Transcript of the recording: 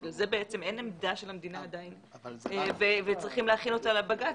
בגלל זה בעצם אין עמדה של המדינה עדיין וצריכים להכין אותה לבג"צ,